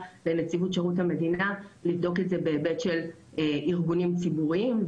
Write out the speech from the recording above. לנציבות שירות המדינה לבדוק את זה בהיבט של ארגונים ציבוריים,